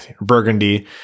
burgundy